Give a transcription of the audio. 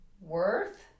worth